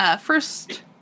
first